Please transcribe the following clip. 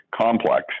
complex